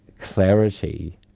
clarity